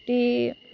ते एह्